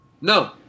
No